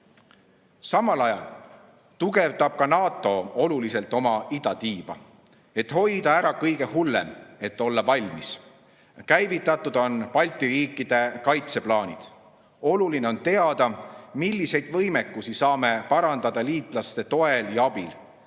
Samal ajal tugevdab ka NATO oluliselt oma idatiiba, et hoida ära kõige hullem, olla valmis. Käivitatud on Balti riikide kaitse plaanid. Oluline on teada, milliseid võimekusi saame parandada liitlaste toel ja abil.